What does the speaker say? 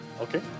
Okay